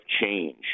Change